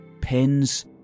pins